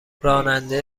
راننده